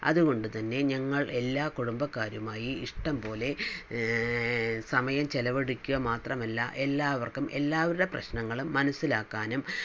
അതുകൊണ്ട് തന്നെ ഞങ്ങൾ എല്ലാ കുടുംബക്കാരുമായി ഇഷ്ടംപോലെ സമയം ചിലവഴിക്കുക മാത്രമല്ല എല്ലാവർക്കും എല്ലാവരുടെ പ്രശ്നങ്ങളും മനസിലാക്കാനും